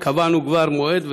קבענו כבר מועד,